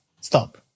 stop